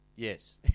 Yes